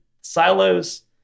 Silos